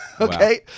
Okay